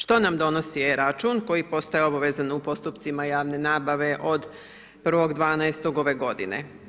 Što nam donosi e račun koji postaje obavezan u postupcima javne nabave od 1.12. ove godine?